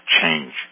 change